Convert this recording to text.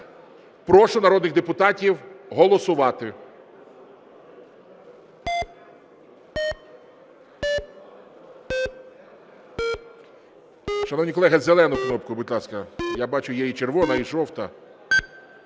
Прошу народних депутатів голосувати.